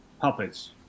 puppets